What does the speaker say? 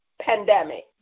pandemic